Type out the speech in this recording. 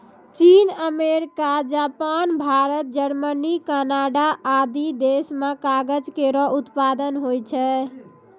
चीन, America, Japan, Bharat, Germany, Canada आदि देस म कागज केरो उत्पादन होय छै